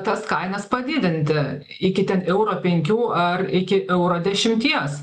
tas kainas padidinti iki ten euro penkių ar iki euro dešimties